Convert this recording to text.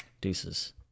deuces